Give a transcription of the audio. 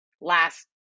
last